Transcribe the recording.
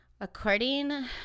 According